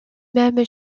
même